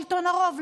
שלטון הרוב,